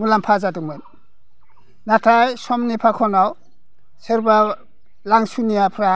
मुलाम्फा जादोंमोन नाथाय समनि फाखनाव सोरबा लांसुनियाफ्रा